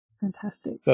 Fantastic